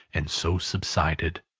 and so subsided.